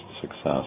success